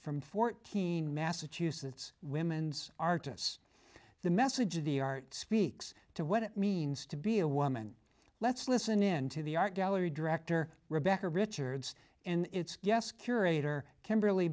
from fourteen massachusetts women's artists the message of the art speaks to what it means to be a woman let's listen in to the art gallery director rebecca richards in its yes curator kimberl